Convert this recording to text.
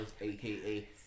aka